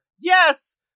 yes